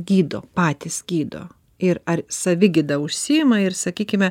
gydo patys gydo ir ar savigyda užsiima ir sakykime